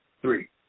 Three